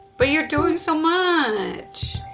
but you're doing so much.